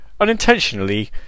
unintentionally